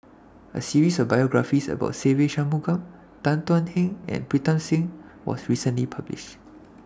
A series of biographies about Se Ve Shanmugam Tan Thuan Heng and Pritam Singh was recently published